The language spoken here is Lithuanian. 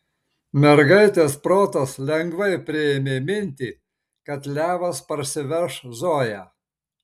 mergaitės protas lengvai priėmė mintį kad levas parsiveš zoją